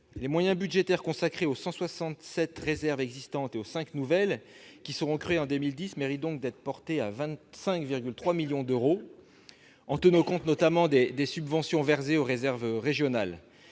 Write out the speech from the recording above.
Les moyens budgétaires consacrés aux 167 réserves existantes et aux cinq nouvelles qui seront créées méritent donc d'être portés à 25,3 millions d'euros, en tenant notamment compte des subventions versées aux réserves régionales.